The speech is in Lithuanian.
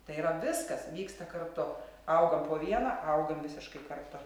tai yra viskas vyksta kartu augam po vieną augam visiškai kartu